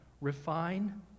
refine